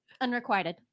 unrequited